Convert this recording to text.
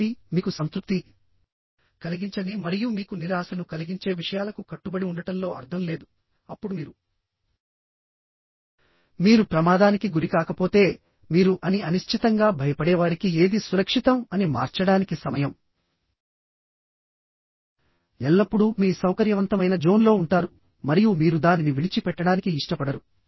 కాబట్టి మీకు సంతృప్తి కలిగించని మరియు మీకు నిరాశను కలిగించే విషయాలకు కట్టుబడి ఉండటంలో అర్థం లేదు అప్పుడు మీరు మీరు ప్రమాదానికి గురికాకపోతే మీరు అని అనిశ్చితంగా భయపడేవారికి ఏది సురక్షితం అని మార్చడానికి సమయం ఎల్లప్పుడూ మీ సౌకర్యవంతమైన జోన్లో ఉంటారు మరియు మీరు దానిని విడిచిపెట్టడానికి ఇష్టపడరు